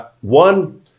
one